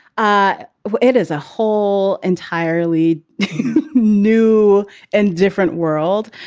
ah it is a whole entirely new and different world.